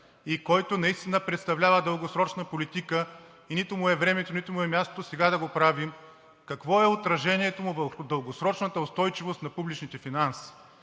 и който наистина представлява дългосрочна политика, и нито му е времето, нито му е мястото да го правим сега, какво е отражението му върху дългосрочната устойчивост на публичните финанси?